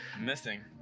missing